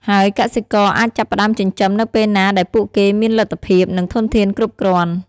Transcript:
ហើយកសិករអាចចាប់ផ្តើមចិញ្ចឹមនៅពេលណាដែលពួកគេមានលទ្ធភាព និងធនធានគ្រប់គ្រាន់។